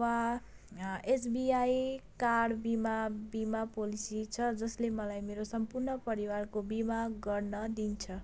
वा SBI car बिमा बिमा पोलेसी छ जसले मलाई मेरो सम्पूर्ण परिवारको बिमा गर्न दिन्छ